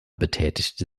betätigte